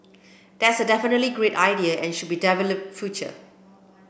that's definitely a great idea and should be developed future